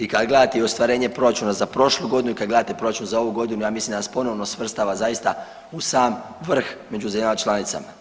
I kad gledate i ostvarenje proračuna za prošlu godinu i kad gledate proračun za ovu godinu ja mislim da nas ponovno svrstava zaista u sam vrh među zemljama članicama.